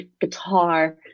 guitar